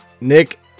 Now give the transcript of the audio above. nick